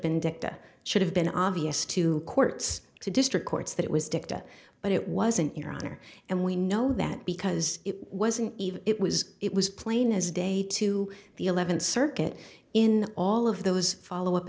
dicta should have been obvious to courts to district courts that it was dicta but it wasn't your honor and we know that because it wasn't even it was it was plain as day to the eleventh circuit in all of those follow up